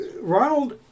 Ronald